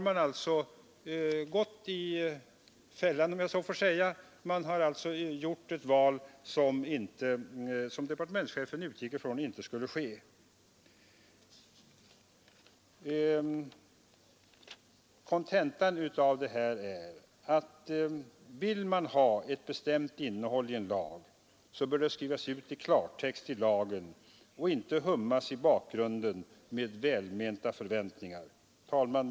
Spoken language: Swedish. Man har gått i fällan, om jag så får säga, och gjort ett val som departementschefen utgick från inte skulle ske. Kontentan av detta är att vill man ha ett bestämt innehåll i en lag, måste det skrivas ut i klartext i lagen och inte hummas i bakgrunden med välmenta förväntningar. Herr talman!